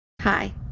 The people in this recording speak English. Hi